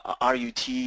RUT